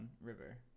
River